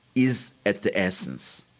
is at the essence.